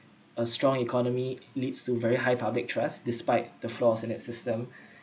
a strong economy leads to very high public trust despite the flaws in its system